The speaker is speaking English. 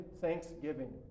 thanksgiving